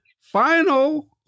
final